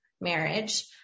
marriage